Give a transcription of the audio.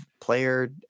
player